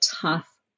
tough